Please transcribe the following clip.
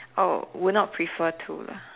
oh would not prefer to lah